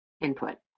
input